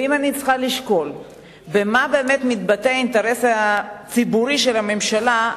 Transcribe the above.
ואם אני צריכה לשקול במה באמת מתבטא האינטרס הציבורי של הממשלה,